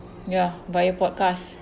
ya via podcast